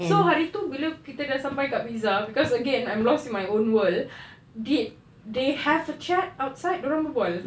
so hari tu bila kita dah sampai dekat pizza cause again I'm lost in my own world did they have a chat outside dia orang berbual